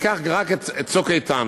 ניקח רק את "צוק איתן".